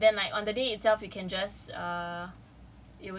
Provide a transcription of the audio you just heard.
ya then I on the day itself you can just err